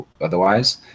otherwise